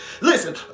Listen